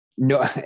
No